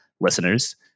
listeners